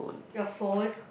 your phone